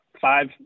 five